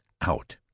out